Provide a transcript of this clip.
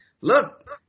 Look